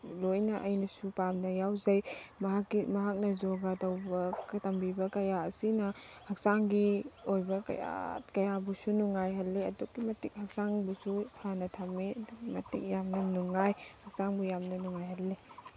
ꯂꯣꯏꯅ ꯑꯩꯅꯁꯨ ꯄꯥꯝꯅ ꯌꯥꯎꯖꯩ ꯃꯍꯥꯛꯀꯤ ꯃꯍꯥꯛꯅ ꯌꯣꯒꯥ ꯇꯧꯕ ꯇꯝꯕꯤꯕ ꯀꯌꯥ ꯑꯁꯤꯅ ꯍꯛꯆꯥꯡꯒꯤ ꯑꯣꯏꯕ ꯀꯌꯥꯠ ꯀꯌꯥꯕꯨꯁꯨ ꯅꯨꯡꯉꯥꯏꯍꯜꯂꯤ ꯑꯗꯨꯛꯀꯤ ꯃꯇꯤꯛ ꯍꯛꯆꯥꯡꯗꯁꯨ ꯐꯅ ꯊꯝꯃꯤ ꯑꯗꯨꯛꯀꯤ ꯃꯇꯤꯛ ꯌꯥꯝꯅ ꯅꯨꯡꯉꯥꯏ ꯍꯛꯆꯥꯡꯕꯨ ꯌꯥꯝꯅ ꯅꯨꯡꯉꯥꯏꯍꯟꯂꯤ